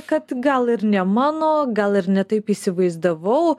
kad gal ir ne mano gal ir ne taip įsivaizdavau